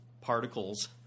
particles